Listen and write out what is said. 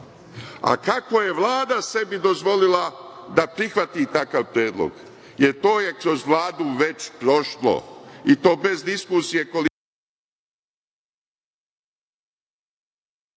A kako je Vlada sebi dozvolila da prihvati takav predlog, jer to je kroz Vladu već prošlo, i to bez diskusije, koliko sam